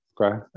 okay